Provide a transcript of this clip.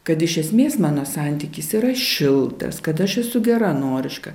kad iš esmės mano santykis yra šiltas kad aš esu geranoriška